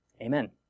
Amen